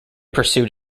pursued